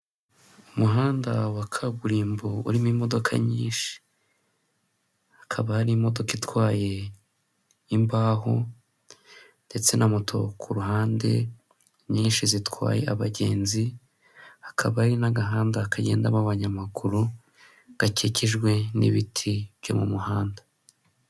Umuhanda wa kaburimbo urimo imodoka nyinshi, hakaba hari imodoka itwaye imbaho ndetse na moto ku ruhande nyinshi zitwaye abagenzi, hakab hari n'agahanda kagendamo abanyamaguru gakikijwe n'ibiti byo mu muhanda.